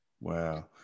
wow